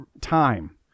time